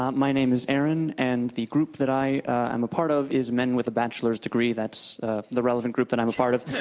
um my name is aaron, and the group that i am a part of is men with a bachelor's degree. that's ah the relevant group that i'm a part of.